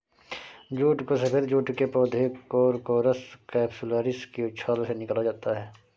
jute को सफेद जूट के पौधे कोरकोरस कैप्सुलरिस की छाल से निकाला जाता है